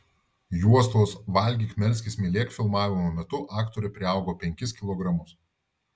juostos valgyk melskis mylėk filmavimo metu aktorė priaugo penkis kilogramus